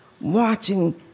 watching